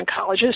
oncologist